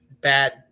bad